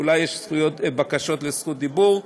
אולי יש בקשות לרשות דיבור.